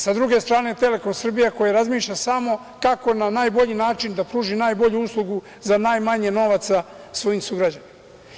S druge strane, „Telekom Srbija“, koja razmišlja samo kako na najbolji način da pruži najbolju uslugu za najmanje novaca svojim sugrađanima.